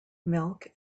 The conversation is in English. milk